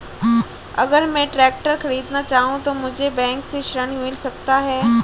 अगर मैं ट्रैक्टर खरीदना चाहूं तो मुझे बैंक से ऋण मिल सकता है?